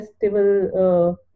festival